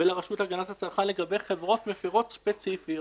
ולרשות להגנת הצרכן לגבי חברות מפרות ספציפיות.